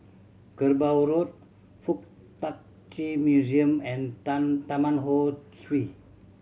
Kerbau Road Fuk Tak Chi Museum and Tan Taman Ho Swee